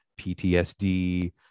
PTSD